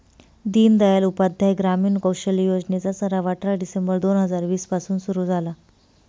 दीनदयाल उपाध्याय ग्रामीण कौशल्य योजने चा सराव अठरा डिसेंबर दोन हजार वीस पासून सुरू झाला